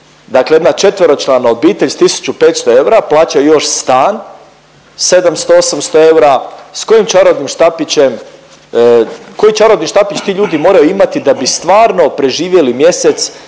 dakle jedna četveročlana obitelj s 1500 eura, plaća još stan 700, 800 eura, s kojim čarobnim štapićem, koji čarobni štapić ti ljudi moraju imati da bi stvarno preživjeli mjesec